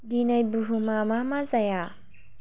दिनै बुहुमा मा मा जाया